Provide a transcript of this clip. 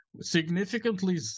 significantly